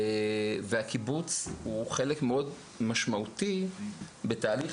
והקיבוץ הוא חלק מאוד משמעותי בתהליך